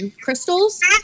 crystals